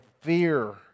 fear